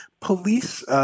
Police